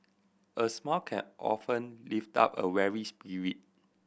a smile can often lift up a weary spirit